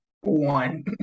One